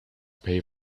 pay